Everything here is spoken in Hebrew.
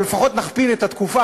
אבל לפחות נכפיל את התקופה,